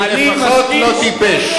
אני לפחות לא טיפש.